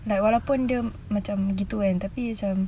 like walaupun dia macam gitu kan tapi macam